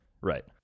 Right